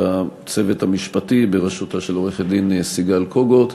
לצוות המשפטי בראשותה של עורכת-הדין סיגל קוגוט,